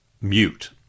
mute